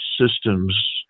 systems